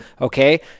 Okay